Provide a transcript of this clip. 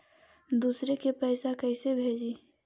दुसरे के पैसा कैसे भेजी?